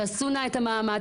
תעשנה את המאמץ,